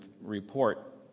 report